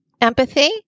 empathy